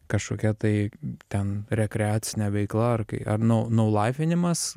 kažkokia tai ten rekreacinė veikla ar kai ar nau naulaifinimas